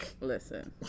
Listen